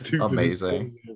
Amazing